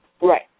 Right